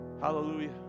Hallelujah